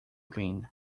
clean